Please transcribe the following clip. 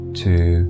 two